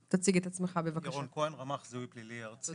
שלום, ירון כהן, רמ"ח זיהוי פלילי ארצי.